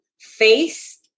face